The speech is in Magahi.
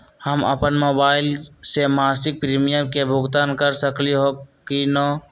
हम अपन मोबाइल से मासिक प्रीमियम के भुगतान कर सकली ह की न?